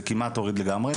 זה כמעט הוריד לגמרי,